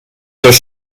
das